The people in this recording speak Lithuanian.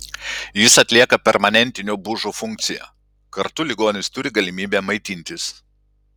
jis atlieka permanentinio bužo funkciją kartu ligonis turi galimybę maitintis